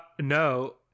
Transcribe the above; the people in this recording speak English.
No